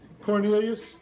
Cornelius